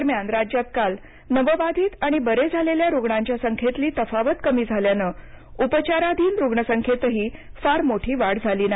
दरम्यान राज्यात काल नवबाधित आणि बरे झालेल्या रुग्णांच्या संख्येतली तफावत कमी झाल्यानं उपचाराधीन रुग्णसंख्येतही फार मोठी वाढ झाली नाही